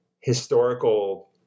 historical